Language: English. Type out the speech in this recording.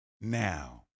now